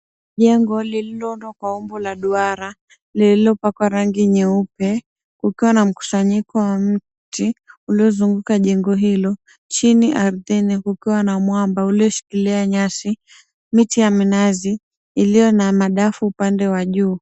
Jengo lililoundwa kwa umbo la duara lililopakwa rangi nyeupe ukiwa na mkusanyiko wa mti uliozunguka jengo hilo. Chini ardhini kukiwa na mwamba ulioshikilia nyasi. Miti ya minazi iliyo na madafu upande wa juu.